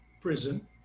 prison